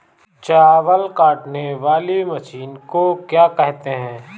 चावल काटने वाली मशीन को क्या कहते हैं?